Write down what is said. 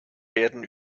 werden